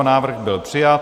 Návrh byl přijat.